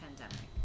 pandemic